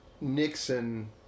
Nixon